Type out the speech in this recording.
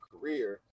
career